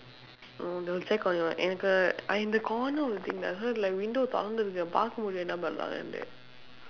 orh they will check on your ankle I in the corner of the thing lah so it's like window திறந்து இருக்கு பார்க்க முடியும் என்ன பண்ணுறாங்கன்னு:thirandthu irukku paarkka mudiyum enna pannuraangkannu